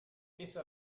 essa